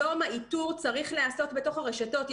היום האיתור צריך להיות בתוך הרשתות.